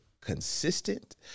consistent